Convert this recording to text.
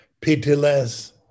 pitiless